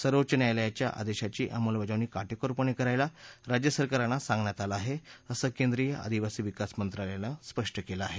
सर्वोच्च न्यायालयाच्या आदेशाची अंमलबजावणी काटेकोरपणे करायला राज्यसरकारांना सांगण्यात आलं आहे असं केंद्रीय आदिवासी विकास मंत्रालयानं स्पष्ट केलं आहे